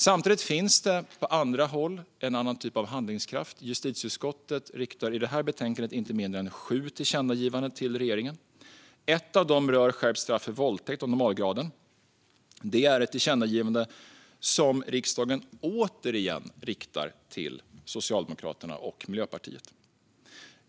Samtidigt finns det på andra håll en annan typ av handlingskraft. Justitieutskottet riktar i betänkandet inte mindre än sju tillkännagivanden till regeringen. Ett av dessa rör skärpt straff för våldtäkt av normalgraden. Det är ett tillkännagivande som riksdagen återigen riktar till Socialdemokraterna och Miljöpartiet.